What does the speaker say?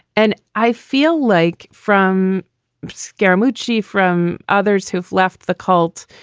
and i feel like from scaramouch she from others who've left the cult,